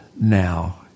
now